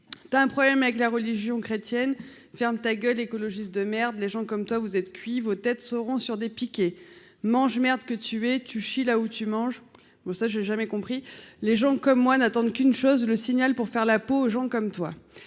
as un problème avec la religion chrétienne, ferme ta gueule écologiste de merde, les gens comme toi, vous êtes cuit vos têtes seront sur des piquets manges merde que tuer tu là où tu manges bon ça j'ai jamais compris les gens comme moi, n'attendent qu'une chose : le signal pour faire la peau aux gens comme toi,